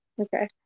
okay